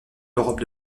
l’europe